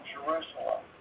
Jerusalem